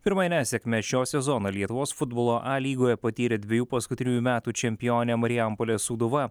pirmąją nesėkmę šio sezono lietuvos futbolo a lygoje patyrė dvejų paskutiniųjų metų čempionė marijampolės sūduva